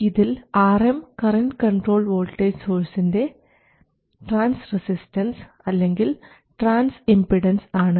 ഇതിൽ Rm current controlled voltage സോഴ്സിൻറെ transresistance അല്ലെങ്കിൽ ട്രാൻസ് ഇംപിഡൻസ് ആണ്